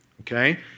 Okay